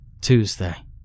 Tuesday